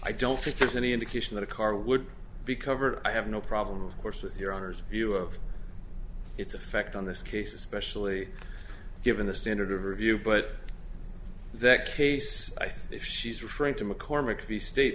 i don't think there's any indication that a car would be covered i have no problem of course with your honor's view of its effect on this case especially given the standard of review but that case i think if she's referring to mccormack the state